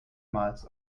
miles